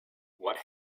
what